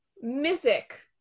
mythic